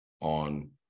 on